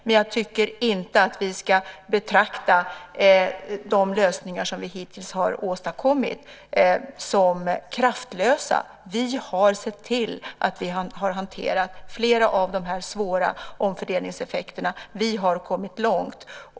Men jag tycker inte att vi ska betrakta de lösningar som vi hittills har åstadkommit som kraftlösa. Vi har sett till att flera av de här svåra omfördelningseffekterna hanterats, och vi har kommit långt.